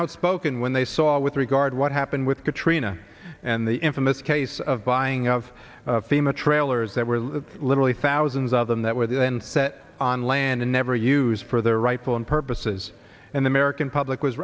outspoken when they saw with regard what happened with katrina and the infamous case of buying of fema trailers that were literally thousands of them that were then set on land and never used for their rightful and purposes and the american public was